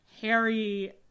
Harry